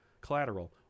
collateral